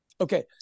Okay